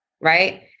Right